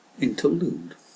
interlude